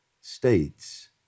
states